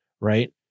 Right